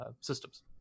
systems